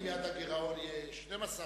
זה לא יעד, זאת התקרה.